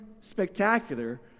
spectacular